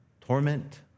torment